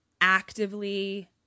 actively